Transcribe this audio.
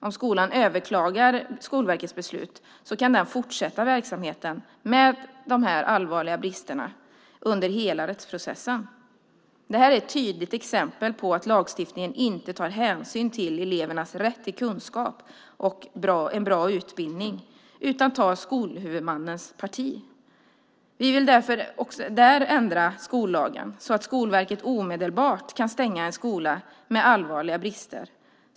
Om skolan överklagar Skolverkets beslut kan den fortsätta verksamheten med dessa allvarliga brister under hela rättsprocessen. Detta är ett tydligt exempel på att lagstiftningen inte tar hänsyn till elevernas rätt till kunskap och en bra utbildning utan tar skolhuvudmannens parti. Vi vill där ändra skollagen så att Skolverket omedelbart kan stänga en skola med allvarliga brister.